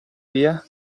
via